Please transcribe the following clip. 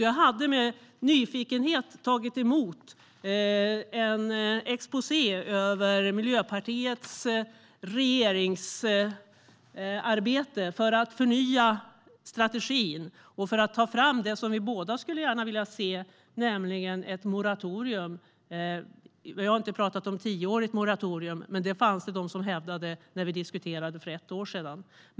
Jag hade med nyfikenhet tagit emot en exposé över Miljöpartiets regeringsarbete för att förnya strategin och ta fram det som vi båda gärna skulle vilja se, nämligen moratorium. Jag har inte talat om något tioårigt moratorium, men när vi diskuterade för ett år sedan var det några som hävdade det.